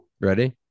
ready